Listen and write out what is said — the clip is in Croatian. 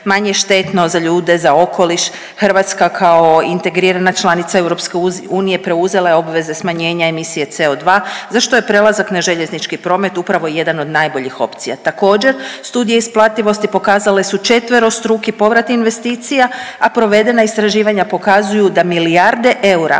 manje štetno za ljude, za okoliš, Hrvatska kao integrirana članica EU preuzela je obveze smanjenja emisije CO2, za što je prelazak na željeznički promet upravo jedan od najboljih opcija. Također, studija isplativosti pokazale su četverostruki povrat investicija, a provedena istraživanja pokazuju da milijarde eura,